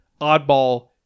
Oddball